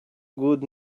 good